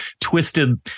twisted